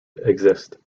exist